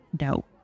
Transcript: No